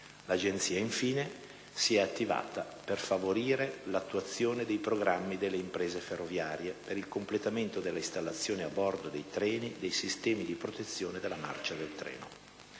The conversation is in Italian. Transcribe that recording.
L'Agenzia, infine, si è attivata per favorire l'attuazione dei programmi delle imprese ferroviarie per il completamento della installazione a bordo dei treni dei sistemi di protezione della marcia del treno.